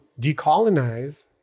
decolonize